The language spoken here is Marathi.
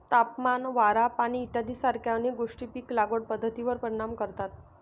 तापमान, वारा, पाणी इत्यादीसारख्या अनेक गोष्टी पीक लागवड पद्धतीवर परिणाम करतात